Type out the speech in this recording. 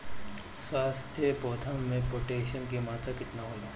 स्वस्थ पौधा मे पोटासियम कि मात्रा कितना होला?